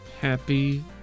Happy